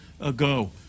ago